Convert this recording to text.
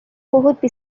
বহুত